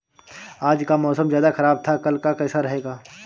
आज का मौसम ज्यादा ख़राब था कल का कैसा रहेगा?